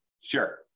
Sure